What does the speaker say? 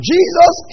Jesus